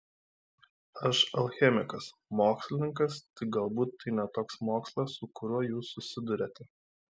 aš alchemikas mokslininkas tik galbūt tai ne toks mokslas su kuriuo jūs susiduriate